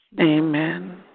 Amen